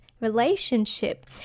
relationship